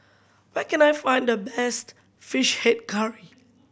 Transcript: where can I find the best Fish Head Curry